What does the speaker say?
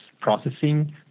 processing